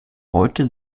heute